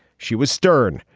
she was stern.